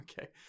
Okay